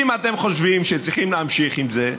אם אתם חושבים שצריכים להמשיך עם זה,